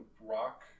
rock